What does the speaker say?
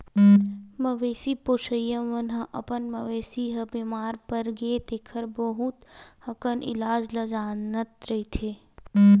मवेशी पोसइया मन ह अपन मवेशी ह बेमार परगे तेखर बहुत अकन इलाज ल जानत रहिथे